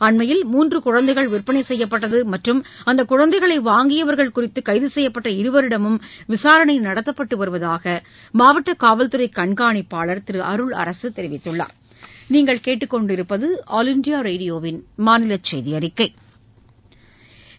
அண்மையில் மூன்று குழந்தைகள் விற்பளை செய்யப்பட்டது மற்றும் அந்த குழந்தைகளை வாங்கியவர்கள் குறித்து கைது செய்யப்பட்ட இருவரிடமும் விசாரணை நடத்தப்பட்டு வருவதாக மாவட்ட காவல்துறை கண்காணிப்பாளா் திரு அருள் அரசு தெரிவித்துள்ளாா்